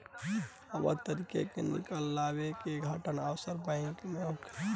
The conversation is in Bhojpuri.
अवैध तरीका से निकाल लेवे के घटना अक्सर बैंक में होखत रहे